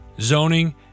zoning